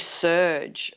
surge